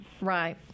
Right